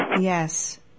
Yes